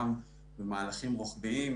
ממערכת מקבילה,